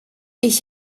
ich